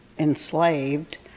enslaved